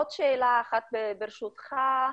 עוד שאלה אחת, ברשותך,